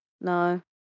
no